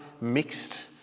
mixed